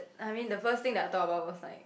I mean the first thing that I thought was like